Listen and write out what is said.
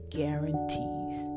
guarantees